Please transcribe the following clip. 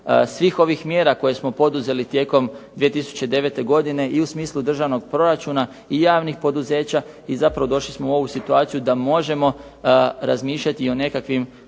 svih ovih mjera koje smo poduzeli tijekom 2009. godine i u smislu državnog proračuna, i javnih poduzeća, i zapravo došli smo u ovu situaciju da možemo razmišljati o nekakvim